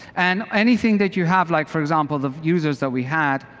and anything that you have like, for example, the users that we had,